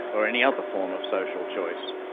or any other form of social choice.